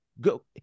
go